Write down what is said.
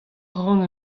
ran